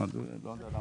שאנחנו לא יכולים להתעלם